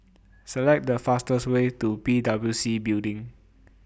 Select The fastest Way to P W C Building